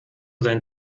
dein